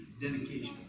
dedication